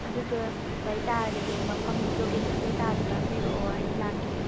ꯑꯗꯨꯗꯣ ꯂꯩꯇꯔꯒꯗꯤ ꯃꯐꯝ ꯂꯣꯀꯦꯁꯟ ꯀꯩꯀꯥꯗꯨ ꯇꯥꯛꯄꯤꯔꯛꯑꯣ ꯑꯩ ꯂꯥꯛꯀꯦ